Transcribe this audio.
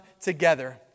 together